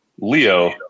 Leo